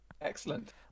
Excellent